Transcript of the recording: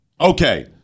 okay